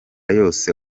yose